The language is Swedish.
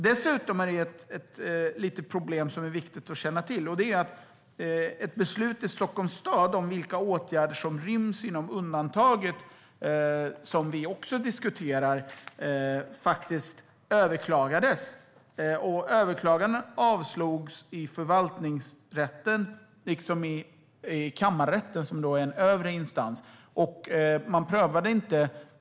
Dessutom är det viktigt att känna till att ett beslut i Stockholms stad om vilka åtgärder som ryms inom undantaget, som vi också diskuterar, faktiskt överklagades. Överklagandet avslogs i Förvaltningsrätten liksom i Kammarrätten som är en högre instans.